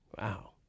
Wow